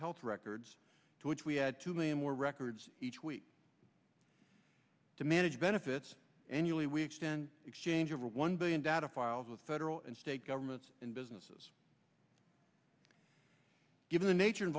health records to which we add two million more records each week to manage benefits annually we extend exchange over one billion data files with federal and state governments and businesses given the nature